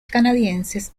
canadienses